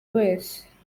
wese